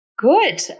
Good